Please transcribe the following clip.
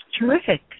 Terrific